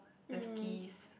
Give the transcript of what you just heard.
the skis